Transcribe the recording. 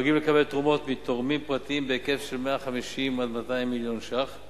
הנוהגים לקבל תרומות מתורמים פרטיים בהיקף של 150 200 מיליון שקלים